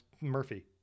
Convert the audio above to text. Murphy